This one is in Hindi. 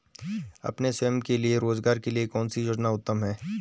अपने स्वयं के रोज़गार के लिए कौनसी योजना उत्तम है?